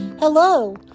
Hello